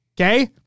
Okay